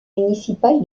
municipal